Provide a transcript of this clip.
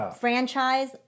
franchise